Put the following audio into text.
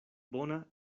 bona